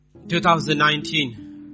2019